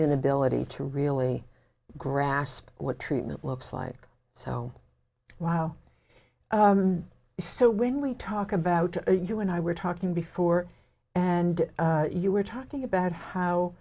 inability to really grasp what treatment looks like so wow so when we talk about you and i were talking before and you were talking about how